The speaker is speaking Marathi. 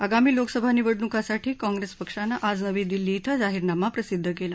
आगामी लोकसभा निवडणुकीसाठी कॉंप्रेस पक्षानं आज नवी दिल्ली धिं जाहीरनामा प्रसिद्ध केला